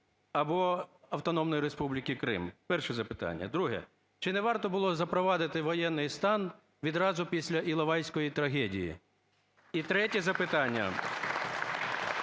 або Автономної Республіки Крим? Перше запитання. Друге. Чи не варто було запровадити воєнний стан відразу після Іловайської трагедії? І третє запитання, і